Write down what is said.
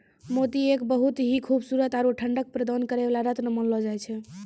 मोती एक बहुत हीं खूबसूरत आरो ठंडक प्रदान करै वाला रत्न मानलो जाय छै